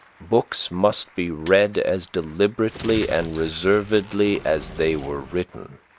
books must be read as deliberately and reservedly as they were written.